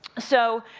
so,